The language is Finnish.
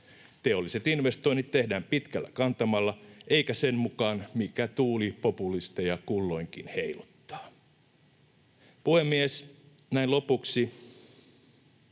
Teolliset investoinnit tehdään pitkällä kantamalla eikä sen mukaan, mikä tuuli populisteja kulloinkin heiluttaa. Puhemies! Näin lopuksi: